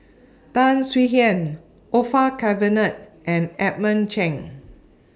Tan Swie Hian Orfeur Cavenagh and Edmund Cheng